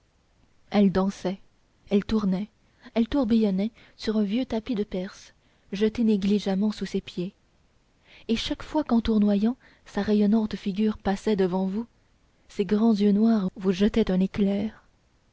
elle dansait elle tournait elle tourbillonnait sur un vieux tapis de perse jeté négligemment sous ses pieds et chaque fois qu'en tournoyant sa rayonnante figure passait devant vous ses grands yeux noirs vous jetaient un éclair